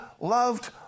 loved